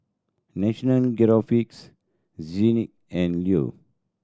National Geographic Zinc and Leo